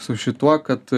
su šituo kad